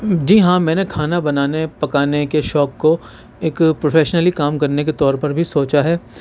جی ہاں میں نے کھانا بنانے پکانے کے شوق کو ایک پروفیشنلی کام کرنے کے طور پر بھی سوچا ہے